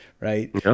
right